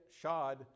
shod